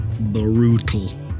Brutal